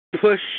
push